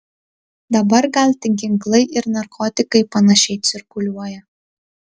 dabar gal tik ginklai ir narkotikai panašiai cirkuliuoja